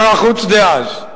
שר החוץ דאז,